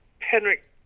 Henrik